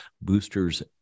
boosters